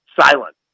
silent